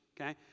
Okay